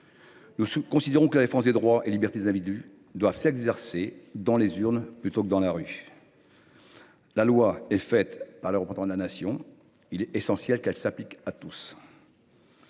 Nous considérons que la défense des droits et des libertés des individus doit s’exercer dans les urnes, plutôt que dans la rue. La loi est faite par les représentants de la Nation, il est essentiel qu’elle s’applique à tous.